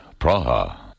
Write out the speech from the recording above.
Praha